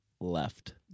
left